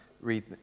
read